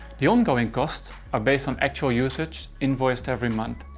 the ongoing costs are based on actual usage invoiced every month,